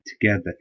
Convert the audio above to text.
together